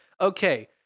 Okay